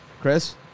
Chris